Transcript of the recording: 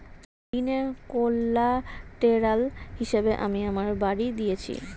ঋনের কোল্যাটেরাল হিসেবে আমি আমার বাড়ি দিয়েছি